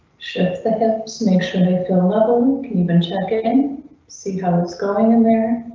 shut the helps. make sure they feel level even check in see how it's going in there.